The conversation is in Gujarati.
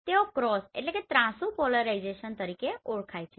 તેઓ ક્રોસcrossત્રાંસુ પોલરાઇઝેશન તરીકે ઓળખાય છે